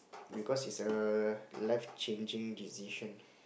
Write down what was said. because is a life changing decision